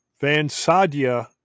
Vansadia